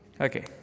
Okay